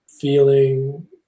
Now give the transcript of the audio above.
feeling